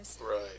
Right